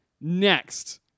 next